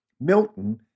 Milton